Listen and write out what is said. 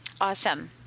Awesome